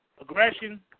aggression